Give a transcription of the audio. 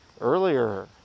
earlier